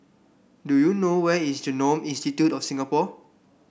do you know where is Genome Institute of Singapore